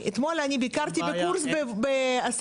אין בעיה מערכתית בנושא